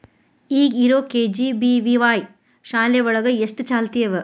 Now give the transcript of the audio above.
ಈಗ ಇರೋ ಕೆ.ಜಿ.ಬಿ.ವಿ.ವಾಯ್ ಶಾಲೆ ಒಳಗ ಎಷ್ಟ ಚಾಲ್ತಿ ಅವ?